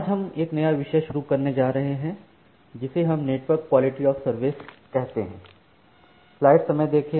आज हम एक नया विषय शुरू करने जा रहे हैं जिसे हम नेटवर्क क्वालिटी ऑफ सर्विस कहते हैं